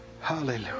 Hallelujah